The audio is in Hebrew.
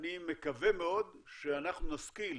אני מקווה מאוד שאנחנו נשכיל